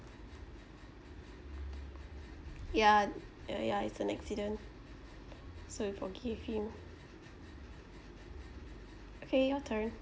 ya ya ya it's an accident so we forgive him okay your turn